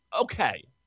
Okay